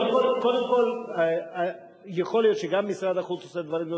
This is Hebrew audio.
קודם כול, יכול להיות שגם משרד החוץ עושה דברים.